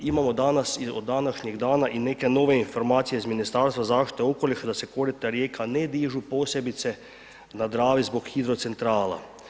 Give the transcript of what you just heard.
Imamo danas i od današnjeg dana i neke nove informacije iz Ministarstva zaštite okoliša da se korita rijeka ne dižu, posebice na Dravi zbog hidrocentrala.